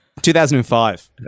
2005